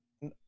No